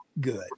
good